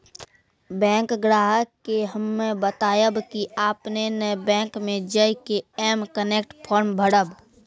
bank ग्राहक के हम्मे बतायब की आपने ने बैंक मे जय के एम कनेक्ट फॉर्म भरबऽ